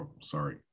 sorry